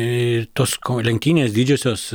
ir tos ko lenktynės didžiosios